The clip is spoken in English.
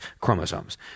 chromosomes